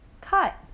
cut